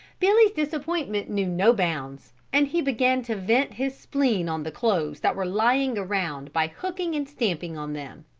billy's disappointment knew no bounds and he began to vent his spleen on the clothes that were lying around by hooking and stamping on them.